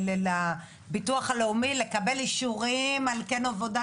לביטוח הלאומי לקבל אישורים על כן עבודה,